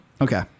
Okay